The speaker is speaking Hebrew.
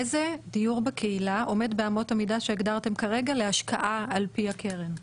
איזה דיור בקהילה עומד באמות המידה שהגדרתם כרגע להשקעה על פי הקרן?